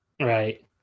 Right